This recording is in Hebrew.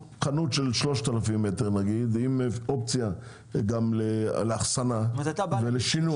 חנות של 3000 מטר עם אופציה גם לאחסנה ושינוע.